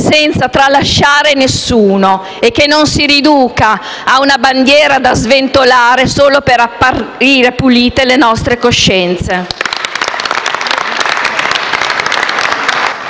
senza tralasciare nessuno e che non si riduca a una bandiera da sventolare solo per far apparire pulite le nostre coscienze.